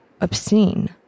obscene